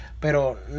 Pero